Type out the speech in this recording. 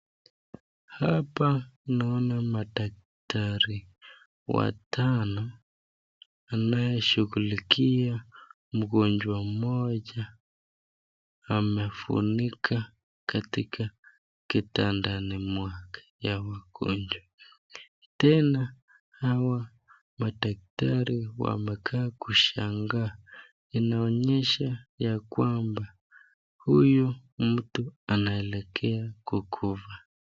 Hapa naona madaktari watano anayeshukulikia mgonjwa mmoja amefunika katika kitandani mwake ya magonjwa, tena hawa madaktari wamekaa kushangaa inaonyesha ya kwamba huyu mtu anaelekea kukufa.